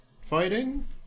fighting